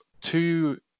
two